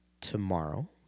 tomorrow